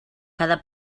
cada